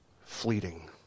fleeting